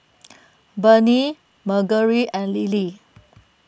Burney Margery and Lily